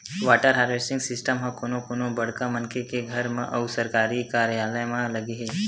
water harvesting system ह कोनो कोनो बड़का मनखे के घर म अउ सरकारी कारयालय म लगे हे